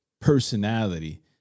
personality